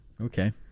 okay